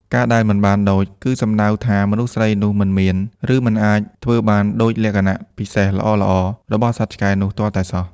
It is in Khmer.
ការដែល "មិនបានដូច" គឺចង់សំដៅថា មនុស្សស្រីនោះមិនមាន ឬមិនអាចធ្វើបានដូចលក្ខណៈពិសេសល្អៗរបស់សត្វឆ្កែនោះទាល់តែសោះ។